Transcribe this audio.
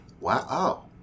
wow